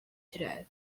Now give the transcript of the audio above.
today